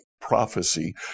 prophecy